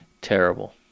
terrible